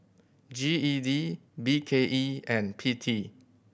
G E D B K E and P T